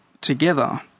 together